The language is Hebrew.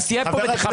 אז תהיה פה ותכבד.